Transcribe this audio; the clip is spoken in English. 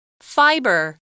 Fiber